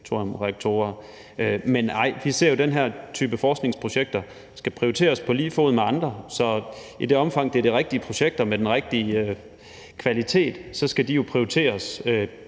Men nej, vi ser sådan på det, at den her type forskningsprojekter skal prioriteres på lige fod med andre, så i det omfang, det er de rigtige projekter med den rigtige kvalitet, skal de jo prioriteres